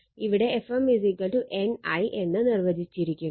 ഇവിടെ Fm NI എന്ന് നിർവചിച്ചിരിക്കുന്നു